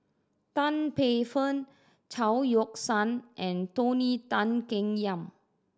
Tan Paey Fern Chao Yoke San and Tony Tan Keng Yam